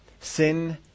Sin